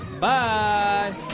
bye